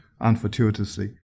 unfortuitously